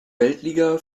weltliga